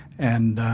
and.